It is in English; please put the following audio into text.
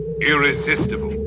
irresistible